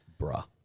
bruh